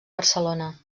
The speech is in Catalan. barcelona